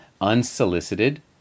unsolicited